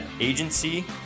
agency